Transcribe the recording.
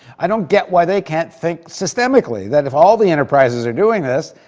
i don't get why they can't think systemically, that if all the enterprises are doing this,